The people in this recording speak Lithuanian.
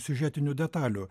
siužetinių detalių